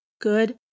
good